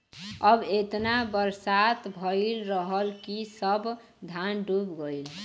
अब एतना बरसात भयल रहल कि सब धान डूब गयल